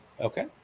Okay